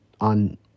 on